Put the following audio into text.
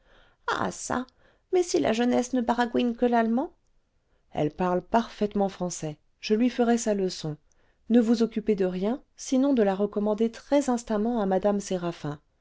ah çà mais si la jeunesse ne baragouine que l'allemand elle parle parfaitement français je lui ferai sa leçon ne vous occupez de rien sinon de la recommander très instamment à mme séraphin